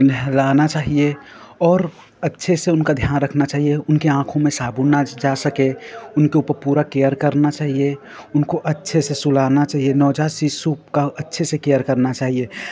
नहलाना चाहिए और अच्छे से उनका ध्यान रखना चाहिए उनकी आँखों में साबुन न जा सके उनके ऊपर पूरा केयर करना चाहिए उनको अच्छे से सुलाना चाहिए नवज़ात शिशु का अच्छे से केयर करना चाहिए